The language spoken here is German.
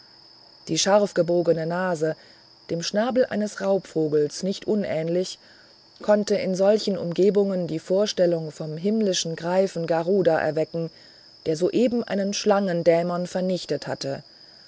die scharfgebogene nase dem schnabel eines raubvogels nicht unähnlich konnte in solchen umgebungen die vorstellung vom himmlischen greifen garuda erwecken der soeben einen schlangendämon vernichtet hatte